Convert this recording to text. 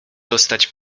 zostać